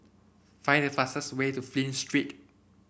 find the fastest way to Flint Street